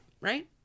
right